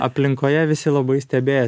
aplinkoje visi labai stebėjos